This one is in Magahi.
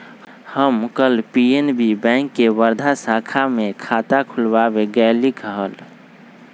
हम कल पी.एन.बी बैंक के वर्धा शाखा में खाता खुलवावे गय लीक हल